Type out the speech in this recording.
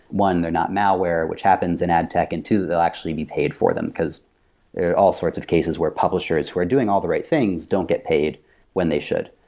one they're not malware, which happens in adtech. and two that they'll actually be paid for them, because there are all sorts of cases where publishers who are doing all the right things don't get paid when they should.